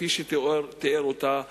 כפי שתיאר אותה חברי.